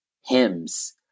hymns